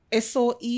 SOE